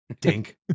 Dink